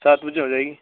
सात बजे हो जाएगी